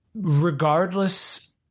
regardless